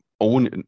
own